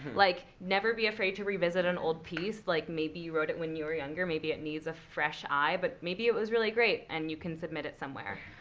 like never be afraid to revisit an old piece. like maybe you wrote it when you were younger. maybe it needs a fresh eye, but maybe it was really great and you can submit it somewhere.